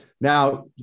Now